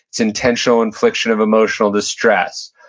it's intentional infliction of emotional distress.